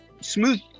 smooth